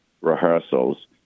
rehearsals